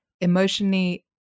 emotionally